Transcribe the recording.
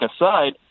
aside